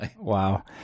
wow